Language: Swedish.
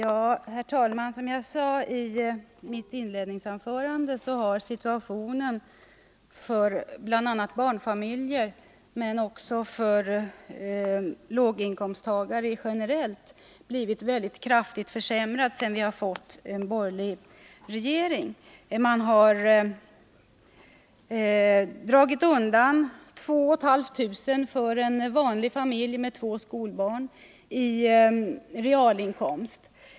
Herr talman! Som jag sade i mitt inledningsanförande har situationen för barnfamiljer men också för låginkomsttagare generellt blivit kraftigt försämrad sedan vi har fått en borgerlig regering. Man har dragit in 2 500 kr. i realinkomst för en vanlig familj med två skolbarn.